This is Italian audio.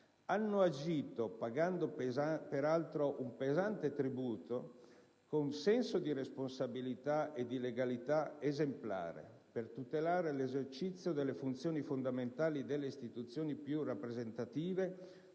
hanno agito - pagando peraltro un pesante tributo - con un senso di responsabilità e di legalità esemplare, per tutelare l'esercizio delle funzioni fondamentali delle istituzioni più rappresentative